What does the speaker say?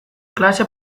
klase